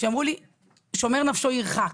שאמרו לי 'שומר נפשו ירחק',